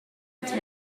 hotel